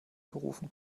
gerufen